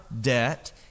debt